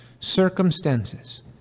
circumstances